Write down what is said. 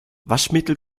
waschmittel